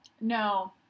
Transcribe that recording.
No